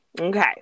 Okay